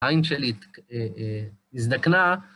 העין שלי הזדקנה.